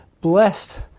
blessed